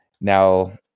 now